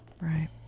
right